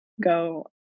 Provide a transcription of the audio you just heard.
go